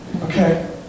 Okay